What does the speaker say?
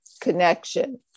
connection